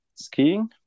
skiing